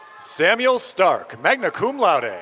samuel stark, magna cum laude. and